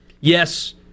yes